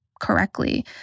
correctly